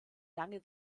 lange